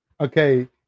Okay